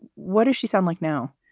what does she sound like now?